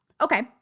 Okay